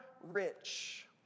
rich